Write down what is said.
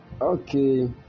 Okay